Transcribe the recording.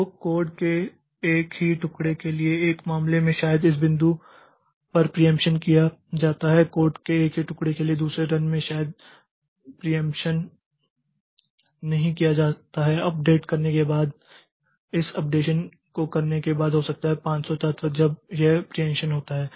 तो कोड के एक ही टुकड़े के लिए एक मामले में शायद इस बिंदु पर प्रियेंप्षन किया जाता है कोड के एक ही टुकड़े के लिए दूसरे रन में शायद प्रियेंप्षन कहीं किया जाता है अपडेट करने के बाद इस अपडेशन को करने के बाद हो सकता है 500 तत्व तब यह प्रियेंप्षन होता है